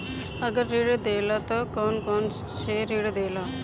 अगर ऋण देला त कौन कौन से ऋण देला?